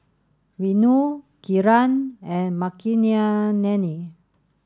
Renu Kiran and